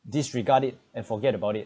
disregard it and forget about it